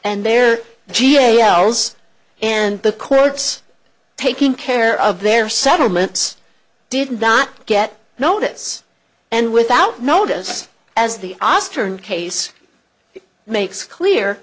and their ga hours and the courts taking care of their settlements did not get notice and without notice as the astern case makes clear